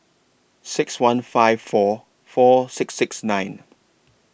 six one five four four six six nine